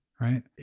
right